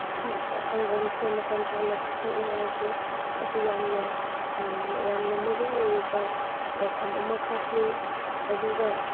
ꯁꯪꯒꯣꯝꯁꯦ ꯃꯇꯝ ꯆꯥꯅ ꯄꯤꯊꯛꯅꯉꯥꯏꯒꯤ ꯑꯁꯤ ꯌꯥꯝꯅ ꯌꯥꯝꯅ ꯃꯔꯨꯑꯣꯏꯔꯤꯕ ꯋꯥꯐꯝ ꯑꯃꯈꯛꯅꯤ ꯑꯗꯨꯒ